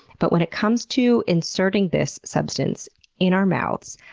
but when it comes to inserting this substance in our mouths,